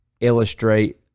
illustrate